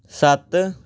ਸੱਤ